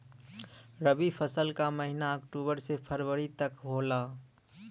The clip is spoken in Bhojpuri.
रवी फसल क महिना अक्टूबर से फरवरी तक होला